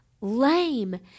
Lame